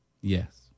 Yes